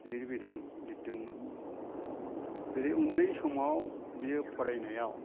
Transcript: लिरबिदां लिरदोंमोन जेरै उन्दै समाव बियो फरायनायाव